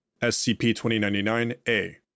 SCP-2099-A